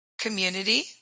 community